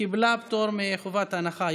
קיבלה פטור מחובת ההנחה.